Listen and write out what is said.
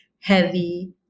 heavy